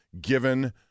given